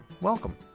welcome